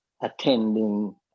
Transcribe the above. attending